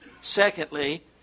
Secondly